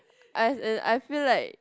as in I feel like